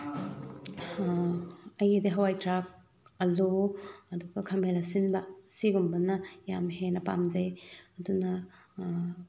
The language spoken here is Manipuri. ꯑꯩꯒꯤꯗꯤ ꯍꯋꯥꯏꯊ꯭ꯔꯥꯛ ꯑꯂꯨ ꯑꯗꯨꯒ ꯈꯥꯃꯦꯟ ꯑꯁꯤꯟꯕ ꯁꯤꯒꯨꯝꯕꯅ ꯌꯥꯝ ꯍꯦꯟꯅ ꯄꯥꯝꯖꯩ ꯑꯗꯨꯅ